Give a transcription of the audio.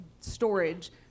storage